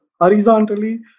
Horizontally